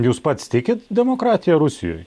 jūs pats tikit demokratija rusijoj